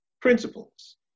principles